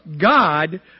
God